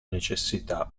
necessità